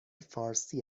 فارسی